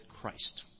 Christ